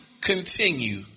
continue